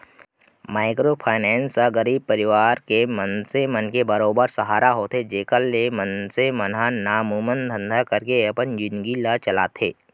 micro finance ह गरीब परवार के मनसे मन के बरोबर सहारा होथे जेखर ले मनसे मन ह नानमुन धंधा करके अपन जिनगी ल चलाथे